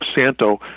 Santo